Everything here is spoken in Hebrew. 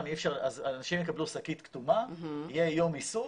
אנשים יקבלו שקית כתומה, יהיה יום איסוף,